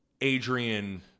Adrian